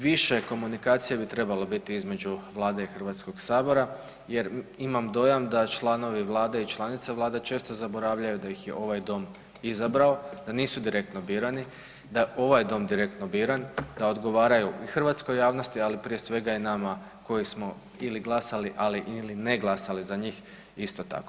Više komunikacije bi trebalo biti između vlade i HS jer imam dojam da članovi vlade i članice vlade često zaboravljaju da ih je ovaj dom izabrao, da nisu direktno birani, da je ovaj dom direktno biran da odgovaraju i hrvatskoj javnosti, ali prije svega i nama koji smo ili glasali, ali i ne glasali za njih isto tako.